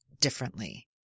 differently